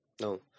No